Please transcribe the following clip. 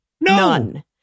none